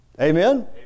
Amen